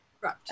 Right